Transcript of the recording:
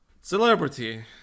Celebrity